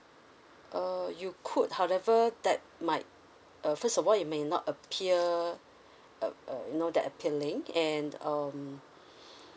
uh you could however that might uh first of all it may not appear uh uh you know that appealing and um